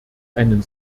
einen